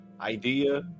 idea